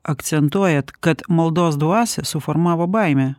akcentuojat kad maldos dvasią suformavo baimė